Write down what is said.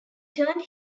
turned